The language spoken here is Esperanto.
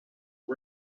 sur